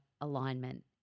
alignment